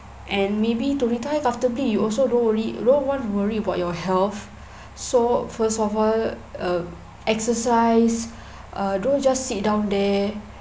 and maybe to retire comfortably you also don't really don't want to worry about your health so first of all uh exercise err don't just sit down there